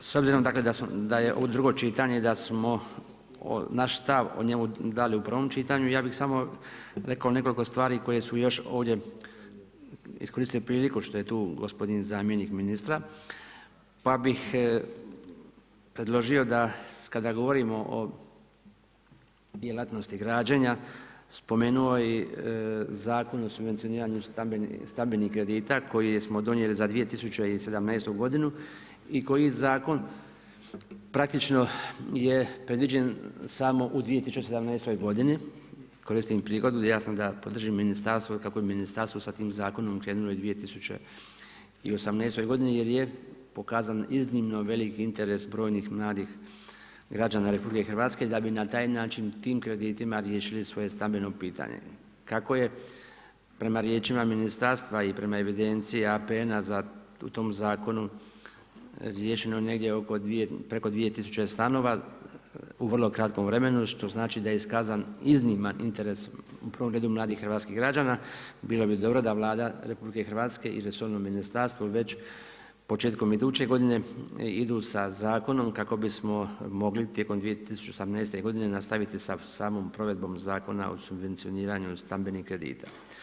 S obzirom da je ovo drugo čitanje, da smo naš stav dali u prvom čitanju, ja bih samo rekao nekoliko stvari koje su još ovdje, iskoristio bih priliku što je tu gospodin zamjenik ministra pa bih predložio da kada govorimo o djelatnosti građenja, spomenuo i Zakon o subvencioniranju stambenih kredita koji smo donijeli za 2017. godinu i koji zakon praktično je predviđen samo u 2017. godini, koristim prigodu, ja sam … kako je ministarstvo krenulo i u 2018. godini jer je pokazan iznimno veliki interes brojnih mladih građana RH da bi na taj način, tim kreditima riješili svoje stambeno pitanje kako je prema riječima ministarstva i prema evidenciji APN-a u tom zakon riješeno negdje preko 2000 stanova u vrlo kratkom vremenu što znači da je iskazan izniman interes u prvom redu mladih hrvatskih građana, bilo bi dobro da Vlada RH i resorno ministarstvo već početkom iduće godine idu sa zakonom kako bismo mogli tijekom 2018. godine nastaviti sa samom provedbom Zakona o subvencioniranju stambenih kredita.